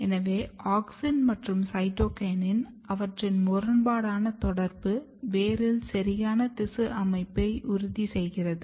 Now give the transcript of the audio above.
எனவே ஆக்சின் மற்றும் சைட்டோகினின் அவற்றின் முரண்பாடான தொடர்பு வேரில் சரியான திசு அமைப்பை உறுதி செய்கிறது